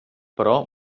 però